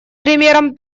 примером